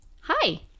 hi